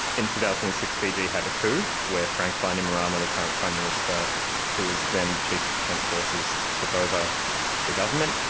in two thousand and six fiji had a coup where frank bainimarama, the current prime minister who was then chief of defence forces, took over the government.